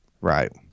right